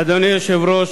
אדוני היושב-ראש,